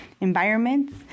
environments